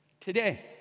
Today